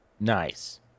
Nice